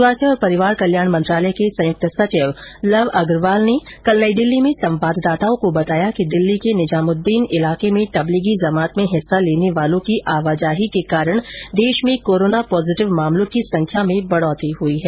स्वास्थ्य और परिवार कल्याण मंत्रालय के संयुक्त सचिव लव अग्रवाल ने कल नई दिल्ली में संवाददाताओं को बताया कि दिल्ली के निजामुद्दीन इलाके में तबलीगी जमात में हिस्सा लेने वालों की आवाजाही के कारण देश में कोरोना पॉजिटिव मामलों की संख्या में वृद्वि हुई है